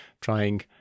trying